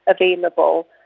available